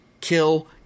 kill